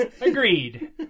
agreed